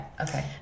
Okay